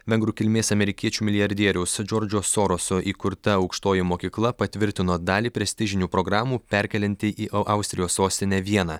vengrų kilmės amerikiečių milijardieriaus džordžo soroso įkurta aukštoji mokykla patvirtino dalį prestižinių programų perkelianti į austrijos sostinę vieną